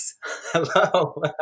Hello